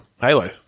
Halo